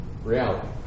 reality